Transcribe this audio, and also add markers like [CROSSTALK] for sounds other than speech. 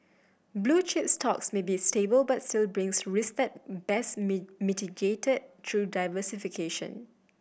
blue chip stocks may be stable but still brings risk that best [UNINTELLIGIBLE] mitigated through diversification